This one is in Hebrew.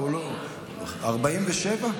47?